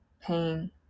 pain